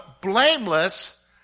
blameless